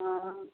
हँ